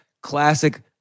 classic